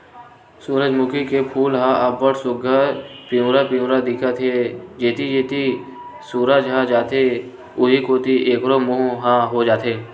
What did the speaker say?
सूरजमूखी के फूल ह अब्ब्ड़ सुग्घर पिंवरा पिंवरा दिखत हे, जेती जेती सूरज ह जाथे उहीं कोती एखरो मूँह ह हो जाथे